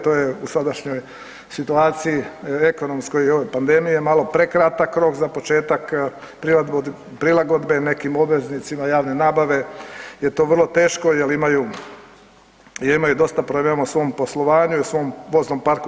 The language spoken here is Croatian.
To je u sadašnjoj situaciji ekonomskoj i pandemije malo prekratak rok za početak prilagodbe nekim obveznicima javne nabave je to vrlo teško jer imaju dosta problema u svom poslovanju i u svom voznom parku.